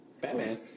Batman